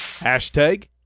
Hashtag